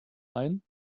ein